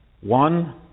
one